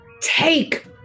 take